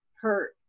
hurt